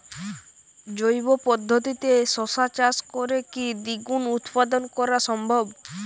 জৈব পদ্ধতিতে শশা চাষ করে কি দ্বিগুণ উৎপাদন করা সম্ভব?